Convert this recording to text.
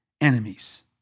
enemies